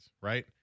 right